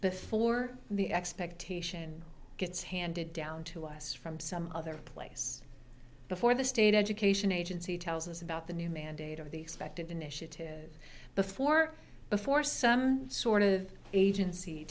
before the expectation gets handed down to us from some other place before the state education agency tells us about the new mandate of the expected initiative before before some sort of agency